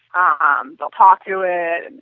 um will talk to it. and